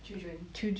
children